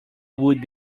would